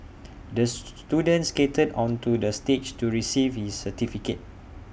the student skated onto the stage to receive his certificate